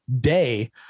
day